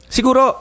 Siguro